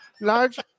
large